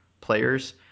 players